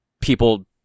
people